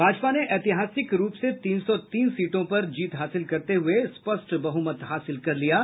भाजपा ने ऐतिहासिक रूप से तीन सौ तीन सीटों पर जीत हासिल करते हुए स्पष्ट बहुमत हासिल कर लिया है